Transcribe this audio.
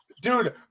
Dude